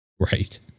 right